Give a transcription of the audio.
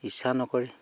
ইচ্ছা নকৰে